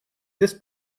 this